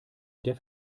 der